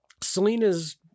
Selena's